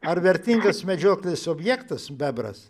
ar vertingas medžioklės objektas bebras